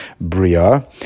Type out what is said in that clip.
Bria